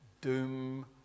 doom